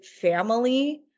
family